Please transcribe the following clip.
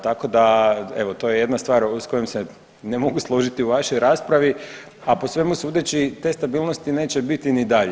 Tako da to je jedna stvar sa kojom se ne mogu složiti u vašoj raspravi, a po svemu sudeći te stabilnosti neće biti ni dalje.